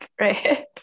right